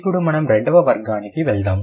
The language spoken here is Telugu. ఇప్పుడు మనం రెండవ వర్గానికి వెళ్దాం